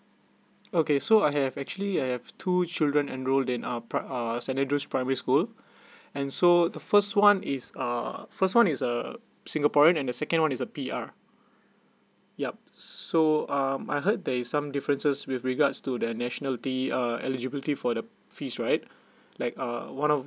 okay so I have actually I have two children enrolled in uh pri~ uh saint andrew primary school and so the first one is uh first one is a singaporean and the second one is a P_R yup so uh I heard there is some differences with regards to the nationality uh eligibility for the fees right like uh one of